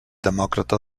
demòcrata